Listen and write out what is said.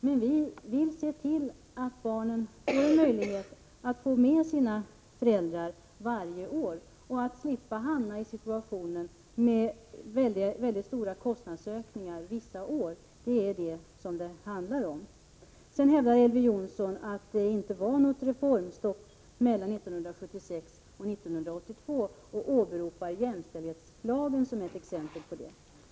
Men vi vill se till att barnen får en möjlighet att få med sina föräldrar varje år. Att slippa hamna i en situation med väldigt stora kostnadsökningar vissa år är vad det handlar om. Sedan hävdar Elver Jonsson att det inte var något reformstopp mellan 1976 och 1982 och åberopar jämställdhetslagen som ett exempel på det.